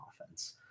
offense